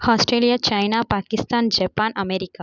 Australia China Pakistan Japan America